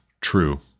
true